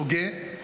שוגה,